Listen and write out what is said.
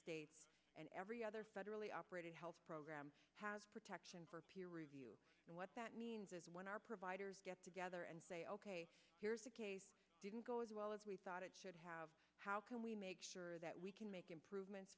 states and every other federally operated health program has protection for peer review and what that means is when our providers get together and say ok here's didn't go as well as we thought it should have how can we make sure that we can make improvements